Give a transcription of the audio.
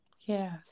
Yes